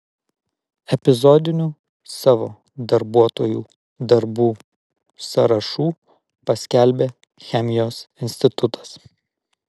epizodinių savo darbuotojų darbų sąrašų paskelbė chemijos institutas